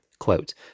quote